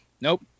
Nope